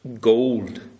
gold